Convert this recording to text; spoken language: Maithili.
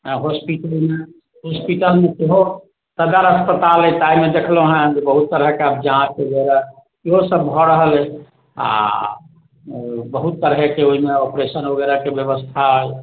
हॉस्पिटलोमे हॉस्पिटलमे सेहो सदर अस्पताल अइ ताहिमे देखलहुँ हँ जे बहुत तरहकेँ जाँच होइया इहो सभ भऽ रहल अइ आ आओर बहुत तरहके ओहिमे ऑपरेशन वगैरहके व्यवस्था अइ